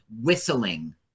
whistling